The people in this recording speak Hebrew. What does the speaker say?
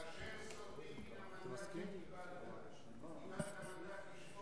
כאשר סוטים מן המנדט שקיבלת, קיבלת מנדט לשמור